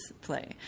play